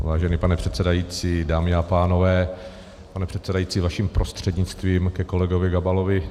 Vážená pane předsedající, dámy a pánové, pane předsedající, vaším prostřednictvím ke kolegovi Gabalovi.